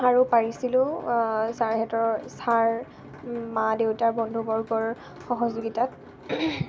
আৰু পাৰিছিলোঁ ছাৰহেঁতৰ ছাৰ মা দেউতাৰ বন্ধুবৰ্গৰ সহযোগিতাত